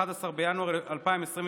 11 בינואר 2023,